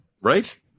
Right